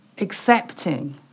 accepting